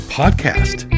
podcast